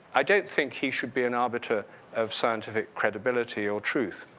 i don't think he should be an arbiter of scientific credibility or truth.